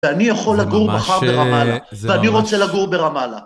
ואני יכול לגור מחר ברמאללה, ואני רוצה לגור ברמאללה.